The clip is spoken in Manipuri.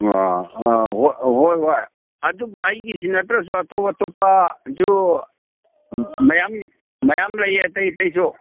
ꯑꯥ ꯑꯥ ꯍꯣꯏ ꯍꯣꯏ ꯑꯗꯨꯕꯨ ꯑꯩꯒꯤꯁꯤ ꯅꯠꯇ꯭ꯔꯁꯨ ꯑꯇꯣꯞ ꯑꯇꯣꯞꯄꯁꯨ ꯃꯌꯥꯝ ꯃꯌꯥꯝ ꯂꯩꯌꯦ ꯑꯇꯩ ꯑꯇꯩꯁꯨ